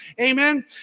Amen